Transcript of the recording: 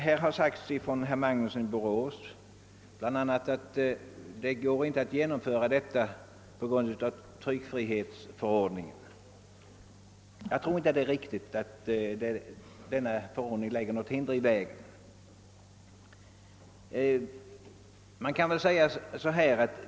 Herr Magnusson i Borås sade bl.a. att det på grund av tryckfrihetsförordningen inte går att genomföra ett förbud mot spritreklam. Jag tror inte det är riktigt att denna förordning lägger något hinder i vägen.